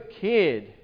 kid